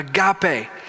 Agape